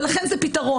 ולכן זה פתרון.